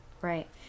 Right